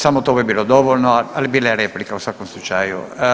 Samo to bi bilo dovoljno, ali bila je replika u svakom slučaju.